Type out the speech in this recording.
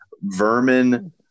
vermin